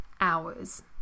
hours